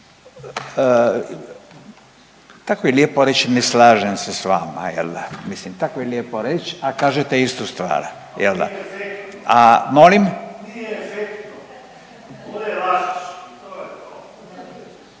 tako je lijepo reći ne slažem se s vama jel da, mislim tako je lijepo reći, a kažete istu stvar jel da? …/Upadica se ne razumije./…